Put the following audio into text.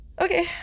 Okay